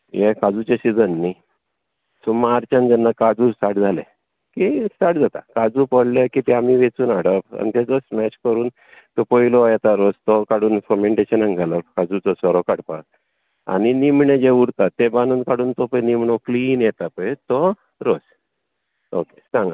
हे काजूचे सिजन न्हय सो मार्चान जेन्ना काजू स्टार्ट जाले की स्टाट जाता काजू पडले की ते आमी वेंचून हाडप आनी ताका स्मॅश करून तो पयलो येता रोस तो काडून फमँटेशनाक घालप काजूचो सोरो काडपाक आनी निमणें जें उरता तें बांदून काडून तो पळय निमणो क्लीन येता पळय तो रोस ओके सांगा